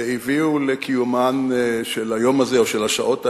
שהביאו לקיומו של היום הזה, או של השעות האלה,